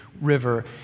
river